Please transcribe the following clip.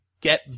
get